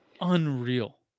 Unreal